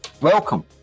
Welcome